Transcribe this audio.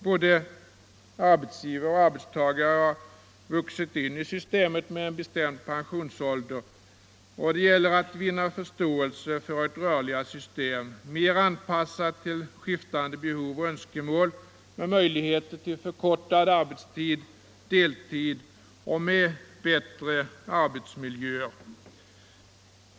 Både arbetsgivare och arbetstagare har vuxit in i systemet med en bestämd pensionsålder, och det gäller att vinna förståelse för ett rörligare system, mer anpassat till skiftande behov och önskemål, med möjligheter till förkortad arbetstid, deltid och med bättre arbetsmiljöer.